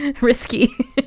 risky